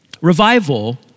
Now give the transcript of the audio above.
Revival